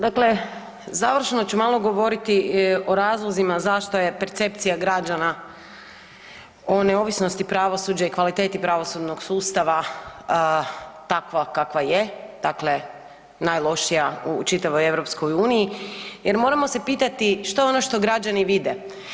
Dakle, završno ću malo govoriti o razlozima zašto je percepcija građana o neovisnosti pravosuđa i kvaliteti pravosudnog sustava takva kakva je, dakle najlošija u čitavoj EU jer moramo se pitati što je ono što građani vide.